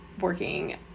working